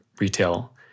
retail